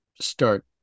start